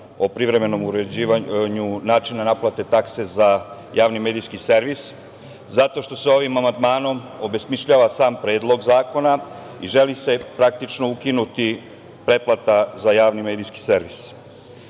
o privremenom uređivanju načina naplate takse za javni medijski servis, zato što se ovim amandmanom obesmišljava sam Predlog zakona i želi se praktično ukinuti pretplata za javni medijski